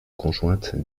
conjointe